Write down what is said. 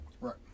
right